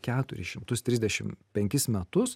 keturis šimtus trisdešim penkis metus